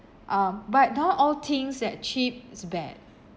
um but now all things that are cheap is bad